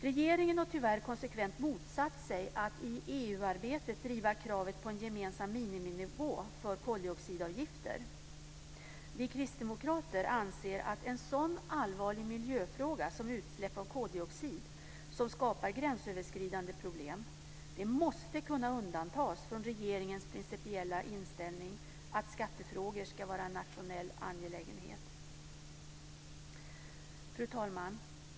Regeringen har tyvärr konsekvent motsatt sig att i EU-arbetet driva kravet på en gemensam miniminivå för koldioxidavgifter. Vi kristdemokrater anser att en sådan allvarlig miljöfråga som utsläpp av koldioxid som skapar gränsöverskridande problem måste kunna undantas från regeringens principiella inställning att skattefrågor ska vara en nationell angelägenhet. Fru talman!